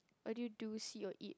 what do you do see or eat